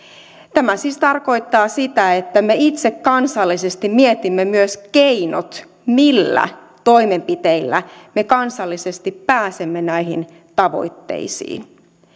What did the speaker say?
tämä siis tarkoittaa sitä että me itse kansallisesti mietimme myös keinot millä toimenpiteillä me kansallisesti pääsemme näihin tavoitteisiin